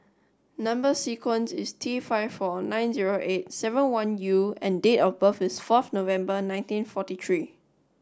number sequence is T five four nine zero eight seven one U and date of birth is forth November nineteen forty three